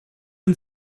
and